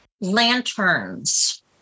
lanterns